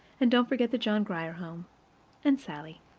and don't forget the john grier home and sallie.